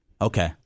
okay